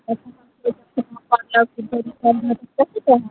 कथी